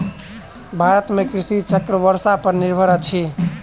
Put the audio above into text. भारत में कृषि चक्र वर्षा पर निर्भर अछि